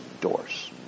doors